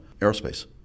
aerospace